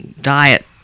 diet